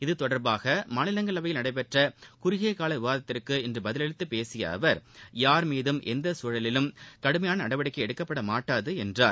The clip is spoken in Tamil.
இது சும்பந்தமாக மாநிலங்களவையில் நடைபெற்ற குறுகியகால விவாதத்திற்கு இன்று பதிலளித்து பேசிய அவர் யார் மீதும் எந்த சூழலிலும் கடுமையான நடவடிக்கை எடுக்கப்பட மாட்டாது என்றார்